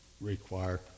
require